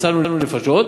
הצלנו נפשות,